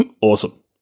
awesome